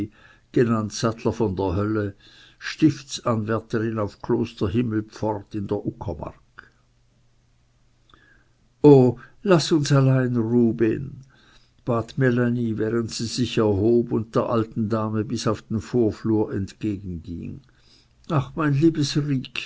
v d hölle stiftsanwärterin auf kloster himmelpfort in der uckermark o laß uns allein ruben bat melanie während sie sich erhob und der alten dame bis auf den vorflur entgegenging ach mein